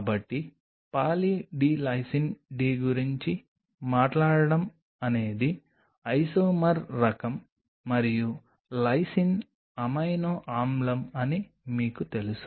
కాబట్టి poly D lysine D గురించి మాట్లాడటం అనేది ఐసోమర్ రకం మరియు లైసిన్ అమైనో ఆమ్లం అని మీకు తెలుసు